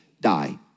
die